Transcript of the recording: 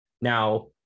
Now